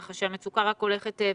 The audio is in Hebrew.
כך שהמצוקה רק הולכת ומתמשכת.